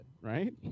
right